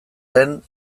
lehen